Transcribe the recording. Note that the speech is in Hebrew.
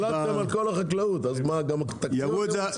השתלטתם על כל החקלאות, אז גם תקציב אתם רוצים?